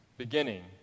beginning